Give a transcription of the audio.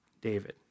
David